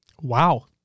Wow